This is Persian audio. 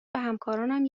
وهمکارانم